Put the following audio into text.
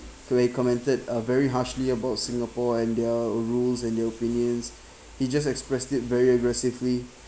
when he commented uh very harshly about singapore and their rules and their opinions he just expressed it very aggressively